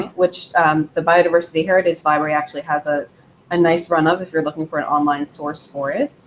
which the biodiversity heritage library actually has a ah nice run of, if you're looking for an online source for it.